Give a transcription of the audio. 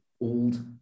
old